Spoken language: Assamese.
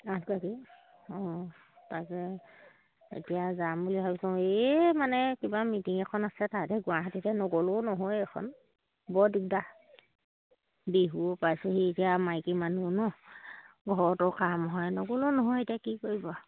আঠগৰাকী অঁ তাকে এতিয়া যাম বুলি ভাবিছোঁ এই মানে কিবা মিটিং এখন আছে তাতে গুৱাহাটীতে নগ'লেও নহয় এখন বৰ দিগদাৰ বিহুও পাইছেহি এতিয়া মাইকী মানুহ নহ্ ঘৰতো কাম হয় নগ'লেও নহয় এতিয়া কি কৰিব